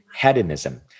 hedonism